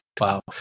Wow